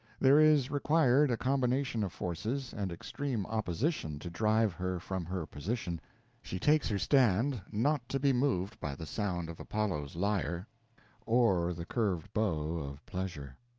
there is required a combination of forces and extreme opposition to drive her from her position she takes her stand, not to be moved by the sound of apollo's lyre or the curved bow of pleasure.